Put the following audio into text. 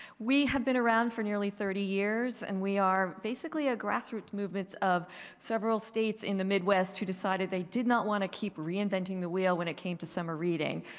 we have been around for nearly thirty years and we are basically a grassroots movement of several states in the mid west to decide that they did not want to keep reinventing the wheel when it came to summer reading.